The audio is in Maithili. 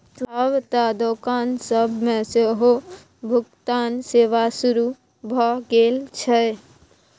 आब त दोकान सब मे सेहो भुगतान सेवा शुरू भ गेल छै